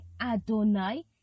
adonai